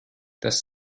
tas